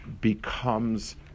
becomes